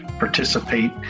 participate